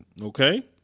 Okay